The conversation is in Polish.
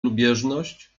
lubieżność